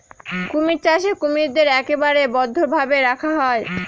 কুমির চাষে কুমিরদের একেবারে বদ্ধ ভাবে রাখা হয়